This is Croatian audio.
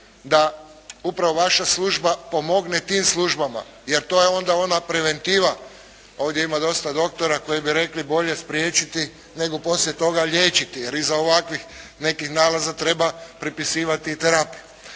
da upravo vaša služba pomogne tim službama, jer to je onda ona preventiva, ovdje ima dosta doktora koji bi rekli bolje spriječiti nego poslije toga liječiti, jer iza ovakvih nekih nalaza treba pripisivati i terapiju.